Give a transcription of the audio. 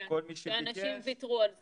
שכל מי שביקש --- כן, שאנשים ויתרו על זה.